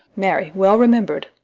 marry, well remember'd.